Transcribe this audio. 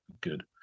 good